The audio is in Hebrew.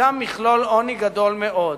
שם יש מכלול עוני גדול מאוד.